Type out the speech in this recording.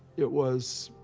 it was.